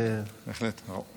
בהחלט ראוי.